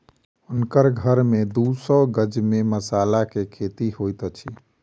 हुनकर घर के दू सौ गज में मसाला के खेती होइत अछि